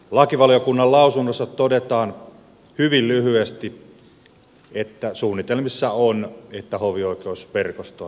lakivaliokunnan lausunnossa todetaan hyvin lyhyesti että suunnitelmissa on että hovioikeusverkostoa supistetaan